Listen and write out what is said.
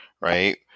right